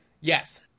Yes